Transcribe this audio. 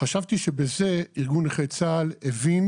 חשבתי שבזה ארגון נכי צה"ל הבין